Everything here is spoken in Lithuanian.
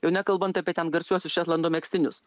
jau nekalbant apie ten garsiuosius šetlando megztinius